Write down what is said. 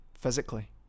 physically